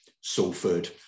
Salford